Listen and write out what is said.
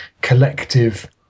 collective